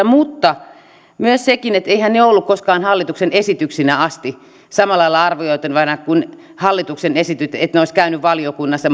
mutta eiväthän ne olleet koskaan hallituksen esityksinä asti samalla lailla arvioitavana kuin hallituksen esitykset niin että ne olisivat käyneet valiokunnassa